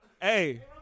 Hey